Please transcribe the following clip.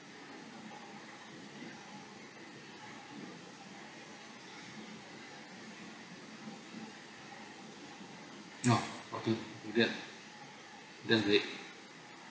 oh okay do that that's great